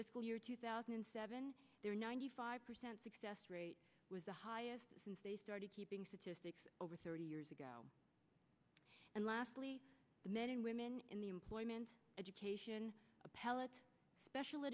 fiscal year two thousand and seven their ninety five percent success rate was the highest since they started keeping statistics over thirty years ago and lastly the men and women in the employment education appellate special